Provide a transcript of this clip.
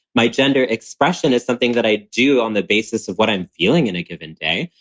my gender expression is something that i do on the basis of what i'm feeling in a given day.